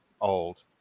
old